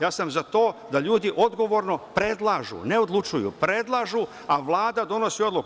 Ja sam za to da ljudi odgovorno predlažu, ne odlučuju, predlažu, a Vlada donosi odluku.